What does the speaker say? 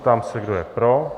Ptám se, kdo je pro.